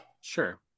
Sure